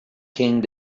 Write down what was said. came